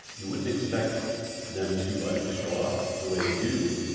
you wouldn't expect them to to show up the way they do